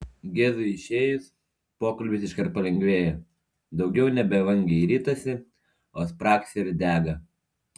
gezui išėjus pokalbis iškart palengvėja daugiau nebe vangiai ritasi o spragsi ir dega